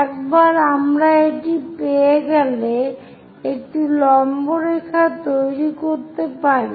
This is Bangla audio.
একবার আমরা এটি পেয়ে গেলে একটি লম্বরেখা তৈরি করতে পারি